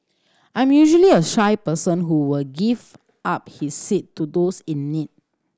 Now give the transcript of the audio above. I'm usually a shy person who will give up his seat to those in need